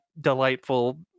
delightful